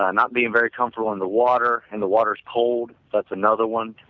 um not being very comfortable in the water and water is cold that's another one.